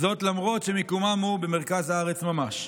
למרות שמיקומן במרכז הארץ ממש.